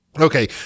Okay